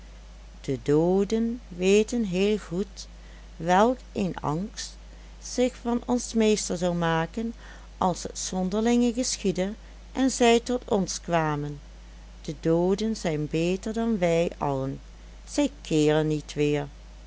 de dooden weten heel goed welk een angst zich van ons meester zou maken als het zonderlinge geschiedde en zij tot ons kwamen de dooden zijn beter dan wij allen zij keeren niet weer